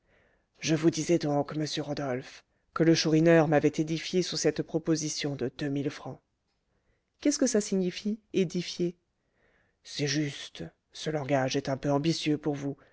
je vous disais donc monsieur rodolphe que le chourineur m'avait édifié sur cette proposition de deux mille francs qu'est-ce que ça signifie édifier c'est juste ce langage est un peu ambitieux pour vous